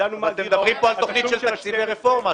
אתם מדברים פה על תוכנית של תקציבי רפורמה,